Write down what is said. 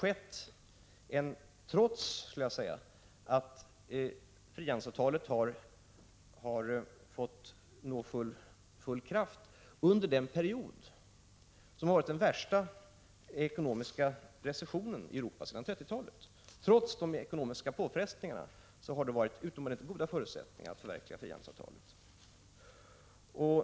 Denna framgång har kommit till stånd trots att frihandelsavtalet har nått full verkan under den period som varit den värsta ekonomiska recessionen i Europa sedan 1930-talet. Trots de ekonomiska påfrestningarna har det alltså funnits utomordentligt goda förutsättningar att förverkliga frihandelsavtalet.